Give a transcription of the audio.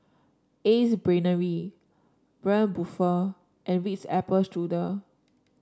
Ace Brainery Braun Buffel and Ritz Apple Strudel